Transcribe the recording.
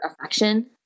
affection